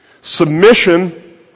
Submission